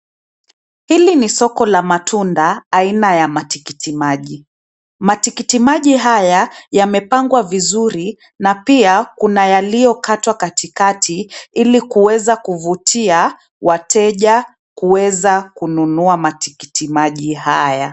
Hili ni soko la matunda aina ya matikiti maji. Matikiti maji haya yamepangwa vizuri na pia kuna yaliyokatwa katikati ili kuweza kuvutia wateja kuweza kununua matikiti maji haya.